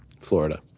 Florida